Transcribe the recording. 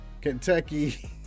Kentucky